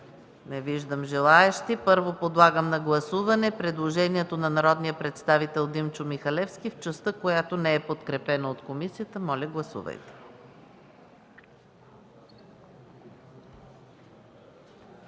Няма. Подлагам на гласуване предложението на народния представител Димчо Михалевски в частта, която не е подкрепена от комисията. Гласували